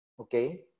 Okay